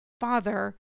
father